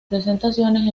presentaciones